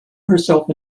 herself